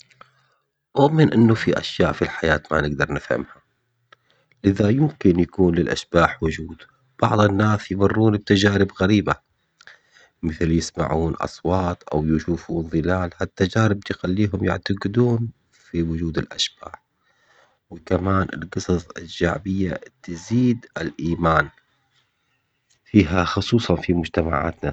أؤمن إنه في أشياء في الحياة ما نقدر نفهمها، إذا يمكن يكون للأشباح وجود، بعض الناس يمرون بتجارب غريبة مثل يسمعون أصوات أو يشوفوا ظلال هالتجارب تخليهم يعتقدون في وجود الأشباح، وكمان القصص الشعبية تزيد إيمان بها خصوصاً في مجتمعاتنا.